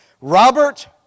Robert